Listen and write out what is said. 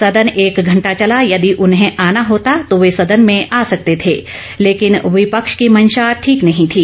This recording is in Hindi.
सदन एक घंटा चला यदि उन्हें आना होता तो वे सदन में आ सकते थे लेकिन विपक्ष की मंशा ठीक नहीं थी